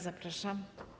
Zapraszam.